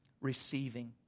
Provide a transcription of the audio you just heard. receiving